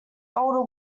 older